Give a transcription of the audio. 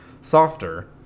softer